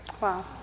wow